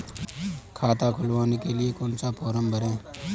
खाता खुलवाने के लिए कौन सा फॉर्म भरें?